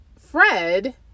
Fred